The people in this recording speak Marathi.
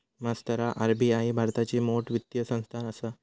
मास्तरा आर.बी.आई भारताची मोठ वित्तीय संस्थान आसा